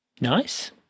Nice